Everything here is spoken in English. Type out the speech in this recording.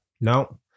no